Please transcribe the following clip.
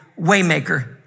Waymaker